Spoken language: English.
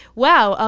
wow. ah